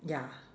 ya